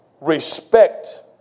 respect